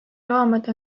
loomad